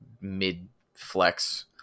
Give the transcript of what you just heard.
mid-flex